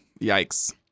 Yikes